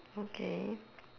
okay